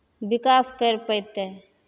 विकास करि पयतै